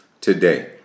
today